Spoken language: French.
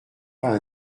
pas